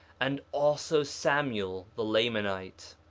and also samuel the lamanite.